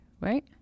Right